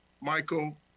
Michael